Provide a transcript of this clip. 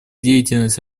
деятельность